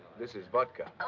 this is vodka.